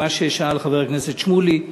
מה ששאל חבר הכנסת שמולי,